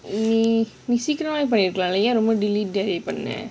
mm சீக்கிரமவெ போயிருக்கலாம் ல:seekiramawe poirukalaam la